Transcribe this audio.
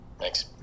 Thanks